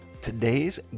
Today's